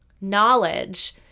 knowledge